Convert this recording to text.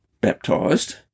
baptized